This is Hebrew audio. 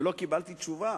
ולא קיבלתי תשובה,